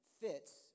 fits